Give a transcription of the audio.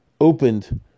opened